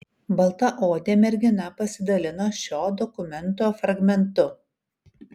baltaodė mergina pasidalino šio dokumento fragmentu